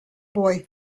boy